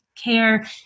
Care